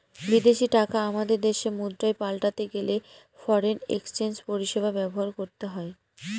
বিদেশী টাকা আমাদের দেশের মুদ্রায় পাল্টাতে গেলে ফরেন এক্সচেঞ্জ পরিষেবা ব্যবহার করতে হয়